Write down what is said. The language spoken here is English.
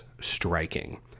striking